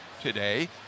today